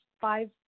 five